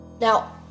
Now